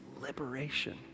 liberation